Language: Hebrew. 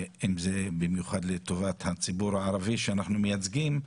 ובמיוחד לטובת הציבור הערבי שאנחנו מייצגים,